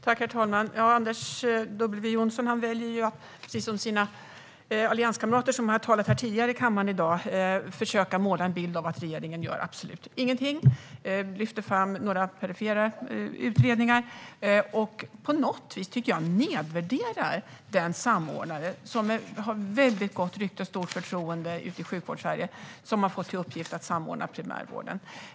Herr talman! Anders W Jonsson väljer ju, precis som sina allianskamrater som har yttrat sig tidigare här i kammaren i dag, att försöka måla en bild av att regeringen gör absolut ingenting. Han lyfter fram några perifera utredningar, och på något sätt nedvärderar han den samordnare som har ett väldigt gott rykte och stort förtroende i Sjukvårdssverige och som har fått till uppgift att samordna primärvården.